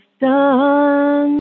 done